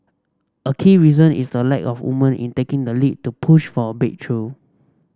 a key reason is the lack of woman in taking the lead to push for a breakthrough